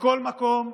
בכל מקום,